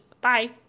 bye